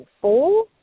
four